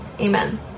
Amen